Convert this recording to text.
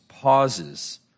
pauses